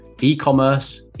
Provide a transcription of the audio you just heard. e-commerce